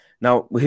Now